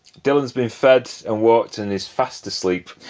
dillon's been fed and walked and is fast asleep.